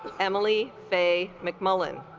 emily bay mcmullen